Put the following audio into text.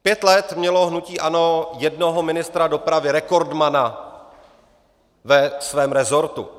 Pět let mělo hnutí ANO jednoho ministra dopravy, rekordmana ve svém rezortu.